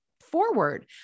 forward